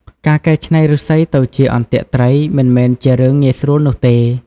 ការកែច្នៃឫស្សីទៅជាអន្ទាក់ត្រីមិនមែនជារឿងងាយស្រួលនោះទេ។